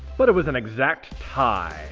but it was an exact tie!